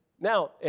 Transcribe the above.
Now